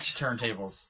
turntables